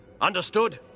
understood